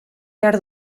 behar